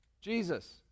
Jesus